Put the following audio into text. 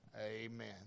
Amen